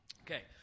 Okay